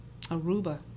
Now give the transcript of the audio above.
Aruba